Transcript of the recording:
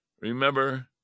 Remember